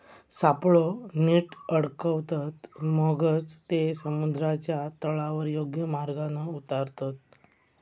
सापळो नीट अडकवतत, मगच ते समुद्राच्या तळावर योग्य मार्गान उतारतत